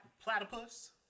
Platypus